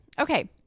Okay